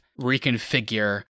reconfigure